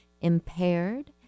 impaired